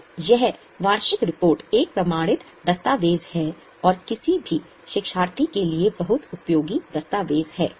तो यह वार्षिक रिपोर्ट एक प्रमाणित दस्तावेज है और किसी भी शिक्षार्थी के लिए बहुत उपयोगी दस्तावेज है